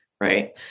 Right